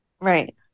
Right